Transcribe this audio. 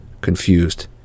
confused